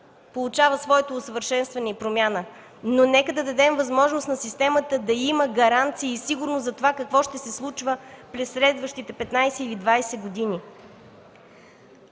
получава своето усъвършенстване и промяна, но нека да дадем възможност на системата да има гаранции и сигурност за това какво ще се случва през следващите 15-20 години.